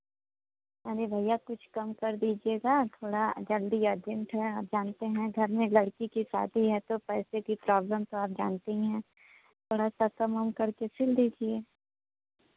अरे भैया कुछ कम कर दीजिएगा थोड़ा जल्दी अर्जेंट हैं आप जानते हैं घर में लड़की की शादी है तो पैसे की प्रॉब्लम तो आप जानते ही हैं थोड़ा सा कम उम करके सिल दीजिए